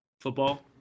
football